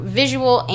visual